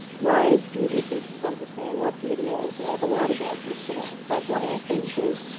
why beauty is and important to me and what beauty is. and i have a lot of answers to that. but one of the things is,